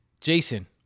Jason